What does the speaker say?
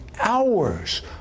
hours